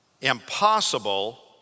Impossible